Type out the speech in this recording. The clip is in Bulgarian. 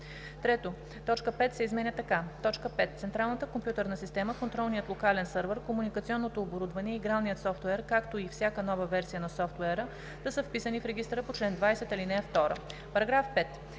6“. 3. Точка 5 се изменя така: „5. централната компютърна система, контролният локален сървър, комуникационното оборудване и игралният софтуер, както и всяка нова версия на софтуера да са вписани в регистъра по чл. 20, ал. 2;“. По § 5